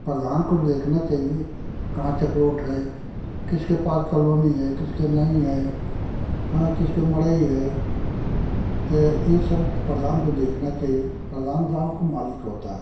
प्रधान को देखना चाहिए कहाँ तक रोड है किसके पास कॉलोनी है किसके नहीं है हाँ किसके मड़इ है ये सब प्रधान को देखना चहिए प्रधान गाँव को मालिक होता है